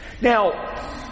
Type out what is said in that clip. Now